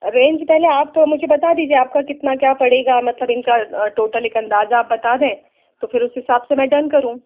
range पहले आप मुझे बता दीजिए आपका कितना क्या पड़ेगा मतलब इनका टोटल एक अंदाज़ आप बता दें तो फ़िर उस हिसाब से मैं डन करूँ